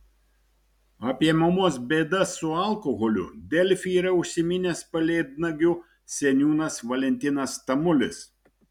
apie mamos bėdas su alkoholiu delfi yra užsiminęs pelėdnagių seniūnas valentinas tamulis